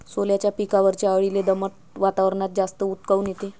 सोल्याच्या पिकावरच्या अळीले दमट वातावरनात जास्त ऊत काऊन येते?